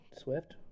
Swift